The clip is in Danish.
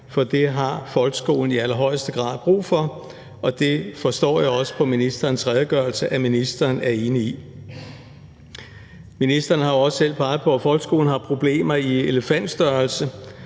for det har folkeskolen i allerhøjeste grad brug for, og det forstår jeg også på ministerens redegørelse at ministeren er enig i. Ministeren har også selv peget på, at folkeskolen har problemer i elefantstørrelse.